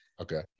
Okay